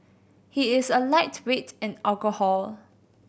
he is a lightweight in alcohol